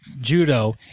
judo